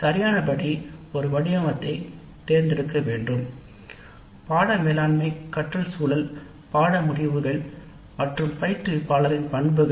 இவற்றில் நான்கு முக்கிய அம்சங்கள் உள்ளன பாடநெறி மேலாண்மை கற்றல் சூழல் பாடநெறி முடிவுகள் மற்றும் பயிற்றுவிப்பாளரின் பண்புகள்